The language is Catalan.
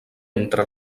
entre